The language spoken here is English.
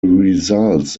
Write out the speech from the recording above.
results